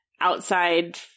outside